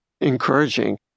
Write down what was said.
encouraging